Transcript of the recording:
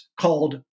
called